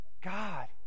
God